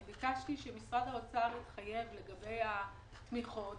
אני ביקשתי שמשרד האוצר יתחייב לגבי התמיכות